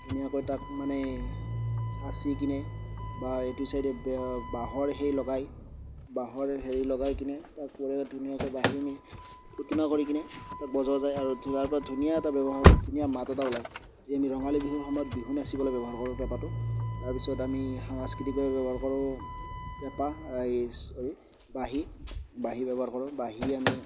ধুনীয়াকৈ তাক মানে চাচি কিনে বা এইটো চাইদে বে বাঁহৰ সেই লগাই বাঁহৰ হেৰি লগাই কিনে তাক কৰে ধুনীয়াকৈ বাহিনি ফুটুনা কৰি কিনে তাক বজোৱা যায় আৰু ইয়াৰ পৰা ধুনীয়া এটা ব্যৱহাৰ ধুনীয়া মাত এটা ওলায় যি আমি ৰঙালী বিহুৰ সময়ত বিহু নাচিবলৈ ব্যৱহাৰ কৰোঁ পেঁপাটো তাৰপিছত আমি সাংস্কৃতিকভাৱে ব্যৱহাৰ কৰোঁ পেঁপা এই চ'ৰি বাঁহী বাঁহী ব্যৱহাৰ কৰোঁ বাঁহী আমি